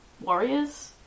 warriors